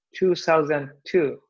2002